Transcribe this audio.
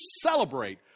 celebrate